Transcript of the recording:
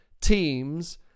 teams